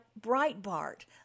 Breitbart